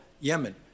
Yemen